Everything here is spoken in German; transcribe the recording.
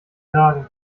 sagen